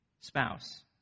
spouse